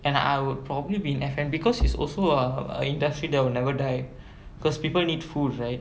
and I would probably be in F_N_B because is also err a industry that will never die because people need food right